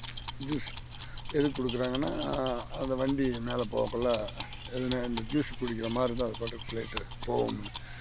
juice எதுக்கு கொடுக்குறாங்கன்னா அந்த வண்டி மேலே போகக்குள்ள எதுனால் இந்த ஜூஸ் குடிக்கிற மாதிரி இருந்தால் அதுப்பாட்டுக்கு பிளைட்டு போவோம்னு